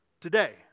today